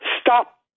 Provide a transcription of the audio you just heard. Stop